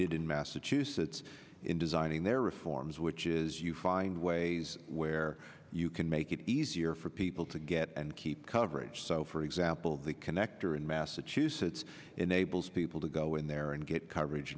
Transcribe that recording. did in massachusetts in designing their reforms which is you find ways where you can make it easier for people to get and keep coverage so for example the connector in massachusetts enables people to go in there and get coverage